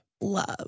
Love